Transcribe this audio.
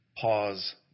pause